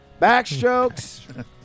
Backstrokes